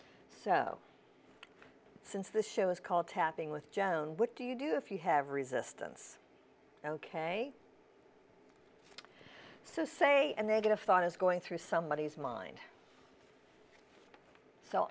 so since the show is called tapping with joan what do you do if you have resistance ok so say and they get a phone is going through somebodies mind so